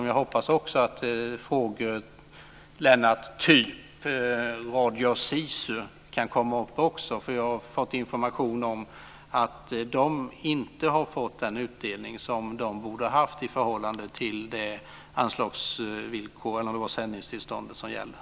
Jag hoppas också att frågor av typ Sisuradio kan komma upp. Jag har nämligen fått information om att man där inte har fått den utdelning man borde ha fått i förhållande till de anslagsvillkor och sändningstillstånd som gäller.